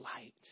light